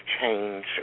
change